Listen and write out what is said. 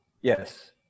Yes